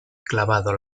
clavado